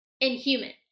inhuman